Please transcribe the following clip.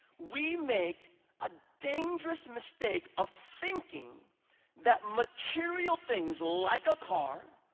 we make a dangerous mistake of thinking that material things like a car,